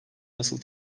nasıl